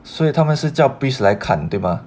所以他们是叫 priest 来看对吧